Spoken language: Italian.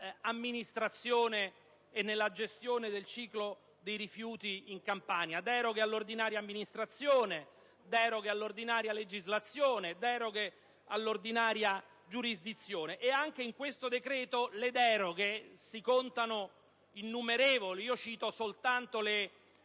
nell'amministrazione e nella gestione del ciclo dei rifiuti in Campania, attraverso deroghe all'ordinaria amministrazione, deroghe all'ordinaria legislazione, deroghe all'ordinaria giurisdizione. Anche in questo decreto-legge le deroghe sono innumerevoli. Cito soltanto le